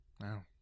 Wow